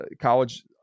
college